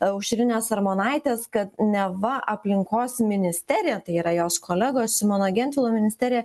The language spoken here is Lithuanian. aušrinės armonaitės kad neva aplinkos ministerija tai yra jos kolegos simono gentvilo ministerija